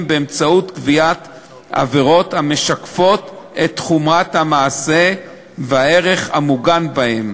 באמצעות קביעת עבירות המשקפות את חומרת המעשה והערך המוגן בהן.